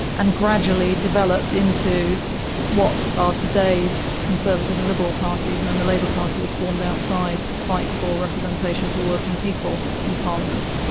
and gradually developed into what are today's conservative and liberal parties and then the labour party was formed outside to fight for representation for working people in parliament.